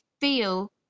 feel